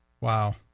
Wow